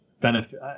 benefit